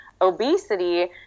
obesity